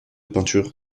peinture